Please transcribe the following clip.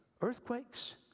earthquakes